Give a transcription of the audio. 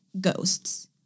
ghosts